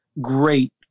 great